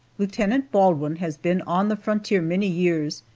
lieutenant baldwin has been on the frontier many years,